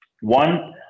one